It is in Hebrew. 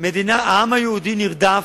העם היהודי נרדף,